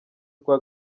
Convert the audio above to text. twa